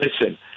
listen